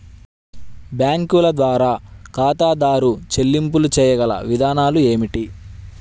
బ్యాంకుల ద్వారా ఖాతాదారు చెల్లింపులు చేయగల విధానాలు ఏమిటి?